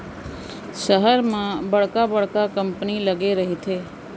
सहर म बड़का बड़का कंपनी लगे रहिथे